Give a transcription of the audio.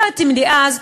לא התאים לי אז,